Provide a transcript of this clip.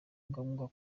ngombwa